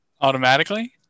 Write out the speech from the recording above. automatically